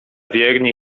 wierni